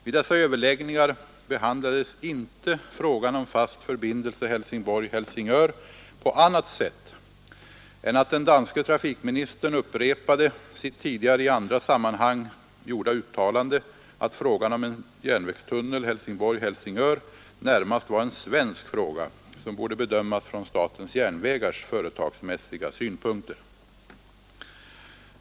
Vid dessa överläggningar behandlades inte frågan om fast förbindelse Helsingborg-—Helsingör på annat sätt än att den danske trafikministern upprepade sitt tidigare i andra sammanhang gjorda uttalande att frågan om en järnvägstunnel Helsingborg—Helsingör närmast var en svensk fråga, som borde bedömas från statens järnvägars företagsmässiga synpunkter.